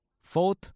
Fourth